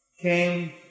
came